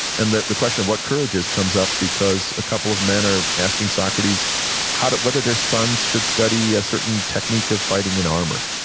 and the the question of what courage is comes up because a couple of men are asking socrates whether their sons should study a certain technique of fighting in armor,